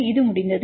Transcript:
இது முடிந்தது